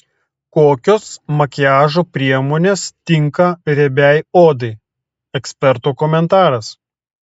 kokios makiažo priemonės tinka riebiai odai eksperto komentaras